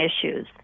issues